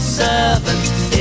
servants